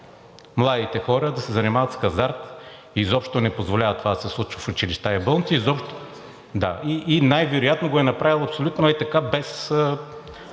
младите хора да се занимават с хазарт и изобщо не позволява това да се случва в училища и болници. Най-вероятно го е направил абсолютно ей така, без